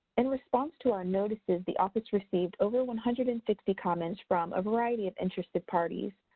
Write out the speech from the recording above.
in response to our notices, the office received over one hundred and sixty comments from a variety of interested parties.